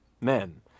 men